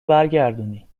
برگردونی